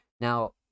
now